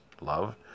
love